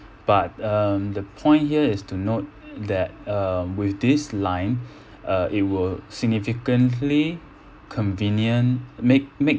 but um the point here is to note that uh with this line uh it will significantly convenient make make